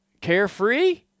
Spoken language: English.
carefree